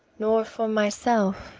nor for myself,